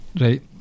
Right